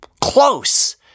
close